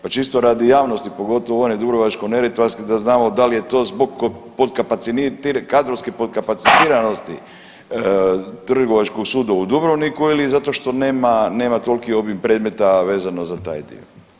Pa čisto radi javnosti pogotovo one Dubrovačko-neretvanske da znamo da li je to zbog kadrovske podkapacitiranosti Trgovačkog suda u Dubrovniku ili zato što nema toliki obim predmeta a vezano za taj dio?